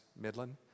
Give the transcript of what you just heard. Midland